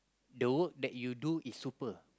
the work that you do is super